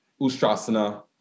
ustrasana